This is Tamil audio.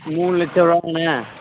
மூணு லட்சம் ரூபாயாண்ணே